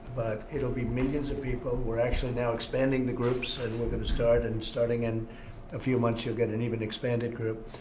it'll be millions of people. we're actually, now, expanding the groups. and we're going to start, and starting in a few months, you'll get an even expanded group.